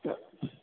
ચ